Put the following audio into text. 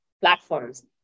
platforms